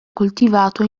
coltivato